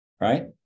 right